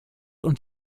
und